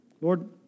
Lord